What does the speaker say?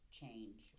change